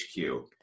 hq